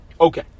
Okay